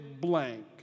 blank